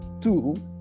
two